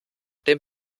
dem